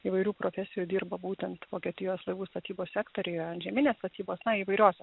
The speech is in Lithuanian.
įvairių profesijų dirba būtent vokietijos laivų statybos sektoriuj antžeminės statybos na įvairios